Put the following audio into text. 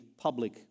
public